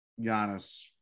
Giannis